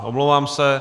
Omlouvám se.